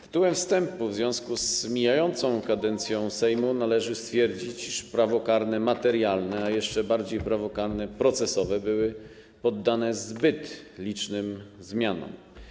Tytułem wstępu w związku z mijającą kadencją Sejmu należy stwierdzić, iż prawo karne materialne, prawo lokalne procesowe były poddane zbyt licznym zmianom.